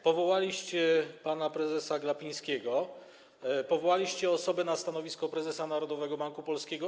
Powołaliście pana prezesa Glapińskiego, powołaliście osobę na stanowisko prezesa Narodowego Banku Polskiego.